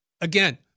again